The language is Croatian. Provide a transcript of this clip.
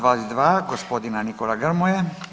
22. gospodina Nikole Grmoje.